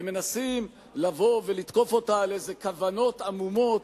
ומנסים לבוא ולתקוף אותה על כוונות עמומות